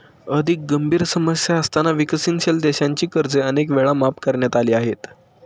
अधिक गंभीर समस्या असताना विकसनशील देशांची कर्जे अनेक वेळा माफ करण्यात आली आहेत